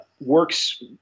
works